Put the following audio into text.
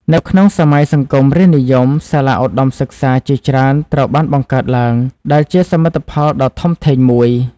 នៅក្នុងសម័យសង្គមរាស្រ្តនិយម សាលាឧត្ដមសិក្សាជាច្រើនត្រូវបានបង្កើតឡើង ដែលជាសមិទ្ធផលដ៏ធំធេងមួយ។